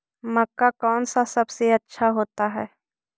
मक्का कौन सा सबसे अच्छा होता है?